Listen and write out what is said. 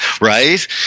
right